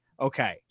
Okay